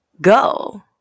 go